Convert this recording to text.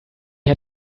had